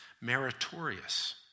Meritorious